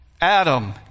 Adam